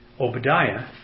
Obadiah